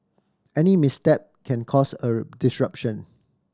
any misstep can cause a disruption